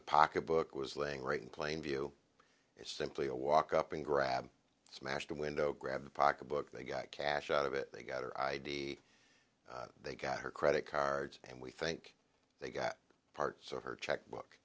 the pocketbook was laying right in plain view it's simply a walk up and grab smashed a window grab the pocketbook they got cash out of it they got her i d they got her credit cards and we think they got parts of her checkbook